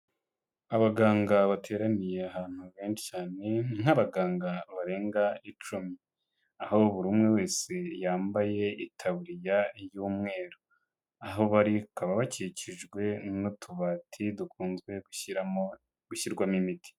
Abaganga bateraniye ahantu benshi cyane nk'abaganga barenga icumi, aho buri umwe wese yambaye itaburiya y'umweru, aho bari bakaba bakikijwe n'utubati dukunze gushiramo... gushyiramo imiti.